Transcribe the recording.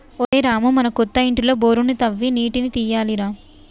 ఒరేయ్ రామూ మన కొత్త ఇంటిలో బోరు తవ్వి నీటిని తీయాలి రా